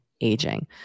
aging